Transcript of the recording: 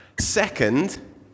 Second